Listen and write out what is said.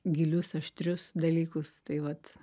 gilius aštrius dalykus tai vat